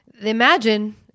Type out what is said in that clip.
imagine